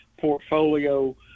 portfolio